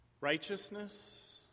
Righteousness